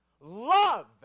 love